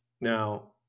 Now